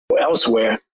elsewhere